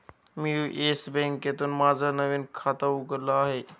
मी Yes बँकेत माझं नवीन खातं उघडलं आहे